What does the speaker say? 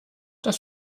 das